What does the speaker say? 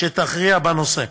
שתכריע בנושא.